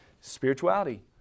spirituality